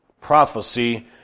prophecy